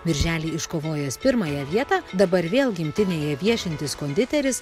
birželį iškovojęs pirmąją vietą dabar vėl gimtinėje viešintis konditeris